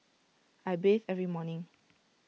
I bathe every morning